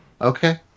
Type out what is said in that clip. Okay